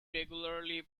regularly